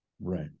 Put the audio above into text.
right